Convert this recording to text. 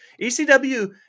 ECW